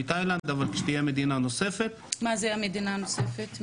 אבל כשתהיה מדינה נוספת --- מי זאת המדינה הנוספת?